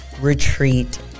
Retreat